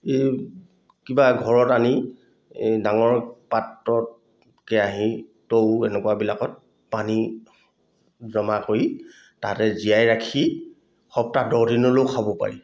এই কিবা ঘৰত আনি এই ডাঙৰ পাত্ৰত কেৰাহী টৌ এনেকুৱাবিলাকত পানী জমা কৰি তাতে জীয়াই ৰাখি সপ্তাহ দহদিনলৈয়ো খাব পাৰি